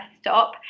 stop